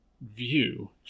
View